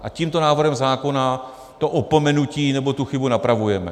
A tímto návrhem zákona to opomenutí, nebo tu chybu napravujeme.